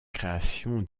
création